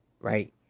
Right